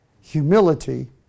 humility